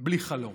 בלי חלום.